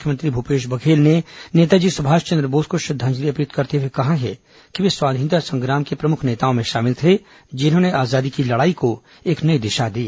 मुख्यमंत्री भूपेश बघेल ने नेताजी सुभाषचंद्र बोस को श्रद्दांजलि अर्पित करते हुए कहा कि वे स्वाधीनता संग्राम के प्रमुख नेताओं में शामिल थे जिन्होंने आजादी की लड़ाई को एक नई दिशा दी